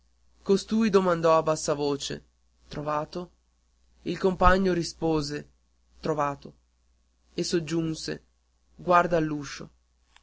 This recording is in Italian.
costui domandò a bassa voce trovato il compagno rispose trovato e soggiunse guarda all'uscio